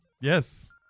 Yes